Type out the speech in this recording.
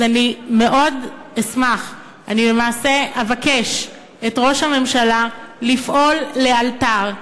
אני מאוד אשמח אני למעשה אבקש מראש הממשלה לפעול לאלתר.